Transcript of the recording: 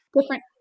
different